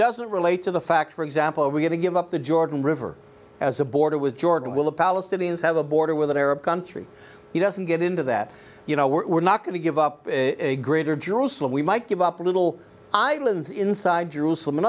doesn't relate to the fact for example we're going to give up the jordan river as a border with jordan will the palestinians have a border with an arab country he doesn't get into that you know we're not going to give up a greater jerusalem we might give up a little islands inside jerusalem in